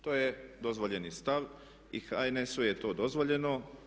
To je dozvoljeni stav i HNS-u je to dozvoljeno.